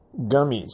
gummies